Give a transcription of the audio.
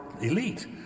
elite